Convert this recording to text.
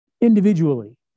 individually